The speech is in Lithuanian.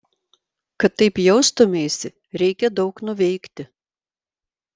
kad taip jaustumeisi reikia daug nuveikti